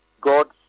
God's